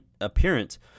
appearance